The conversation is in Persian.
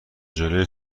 جلوی